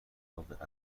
اتفاق